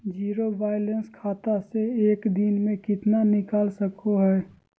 Zero balance खाता से एक दिन में कितना निकाल सको है?